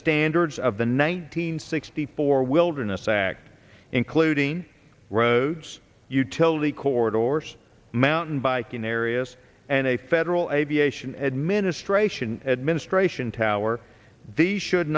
standards of the nine hundred sixty four wilderness act including roads utility corridor or so mountain biking areas and a federal aviation administration administration tower the should